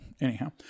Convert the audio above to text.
anyhow